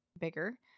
bigger